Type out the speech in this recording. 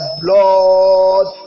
blood